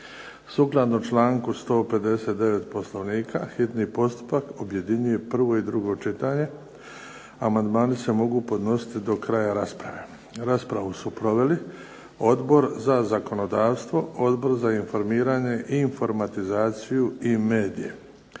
Sukladno članku 159. Poslovnika hitni postupak objedinjuje prvo i drugo čitanje. Amandmani se mogu podnositi do kraja rasprave. Raspravu su proveli Odbor za zakonodavstvo, Odbor za informiranje, informatizaciju i medije.